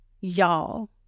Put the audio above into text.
y'all